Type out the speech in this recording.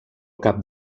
cap